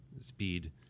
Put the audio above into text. speed